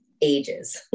ages